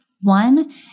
One